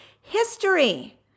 history